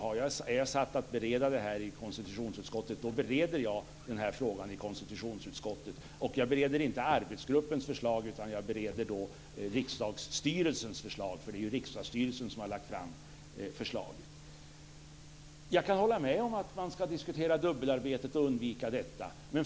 Är jag satt att bereda detta i konstitutionsutskottet, så bereder jag frågan i konstitutionsutskottet. Jag bereder inte arbetsgruppens förslag utan jag bereder Riksdagsstyrelsens förslag. Det är Riksdagsstyrelsen som har lagt fram förslaget. Jag kan hålla med om att man ska diskutera dubbelarbetet, och undvika det.